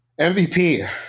MVP